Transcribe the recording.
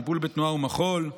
טיפול בתנועה ומחול,